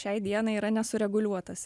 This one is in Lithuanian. šiai dienai yra nesureguliuotas